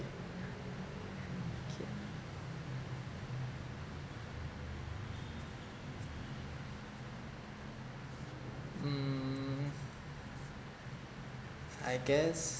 K mm